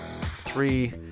three